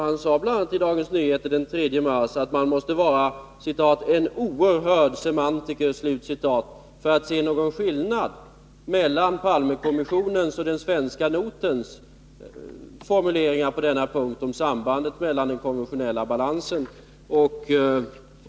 Han sade bl.a. i Dagens Nyheter den 3 mars att man måste vara ”en oerhörd semantiker” för att se någon skillnad mellan Palmekommissionens och den svenska notens formulering på denna punkt.